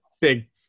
big